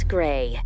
Gray